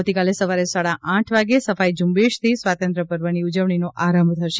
આવતીકાલે સવારે સાડા આઠ વાગે સફાઇ ઝુંબેશથી સ્વાતંત્ર પર્વની ઉજવણીનો આરંભ થશે